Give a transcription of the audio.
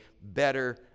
better